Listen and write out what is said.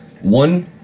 One